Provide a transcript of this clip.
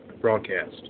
broadcast